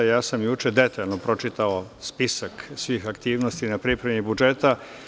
Ja sam juče detaljno pročitao spisak svih aktivnosti na pripremi budžeta.